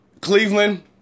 Cleveland